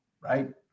right